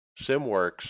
SimWorks